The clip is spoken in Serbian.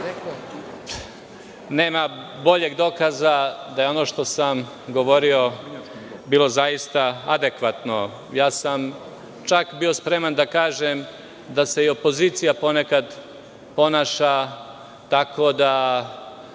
Nema boljeg dokaza da je ono što sam govorio bilo zaista adekvatno. Čak sam bio spreman da kažem da se i opozicija ponekad ponaša tako da